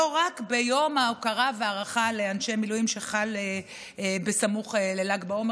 ולא רק ביום ההוקרה וההערכה לאנשי המילואים שחל סמוך לל"ג בעומר,